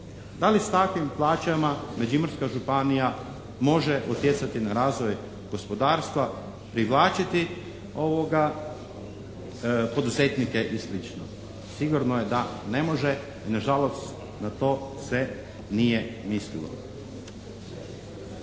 Da li s takvim plaćama Međimurska županija može utjecati na razvoj gospodarstva, privlačiti poduzetnike i slično? Sigurno je da ne može, jer na žalost na to se nije mislilo.